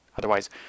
Otherwise